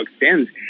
extends